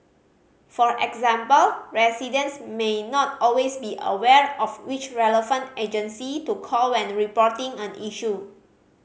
for example residents may not always be aware of which relevant agency to call when reporting an issue